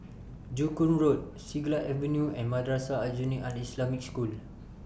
Joo Koon Road Siglap Avenue and Madrasah Aljunied Al Islamic School